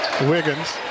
Wiggins